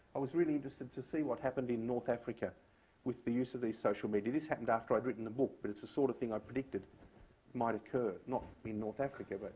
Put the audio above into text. i was really interested to see what happened in north africa with the use of these social media. this happened after i had written the book. but it's the sort of thing i predicted might occur not in north africa, but